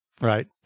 Right